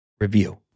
Review